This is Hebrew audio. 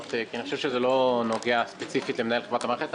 לענות כי אני חושב שזה לא נוגע ספציפית למנהל חברת המערכת.